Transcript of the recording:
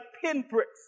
pinpricks